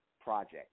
project